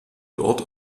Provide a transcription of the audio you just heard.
dort